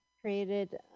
created